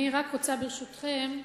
ברשותכם,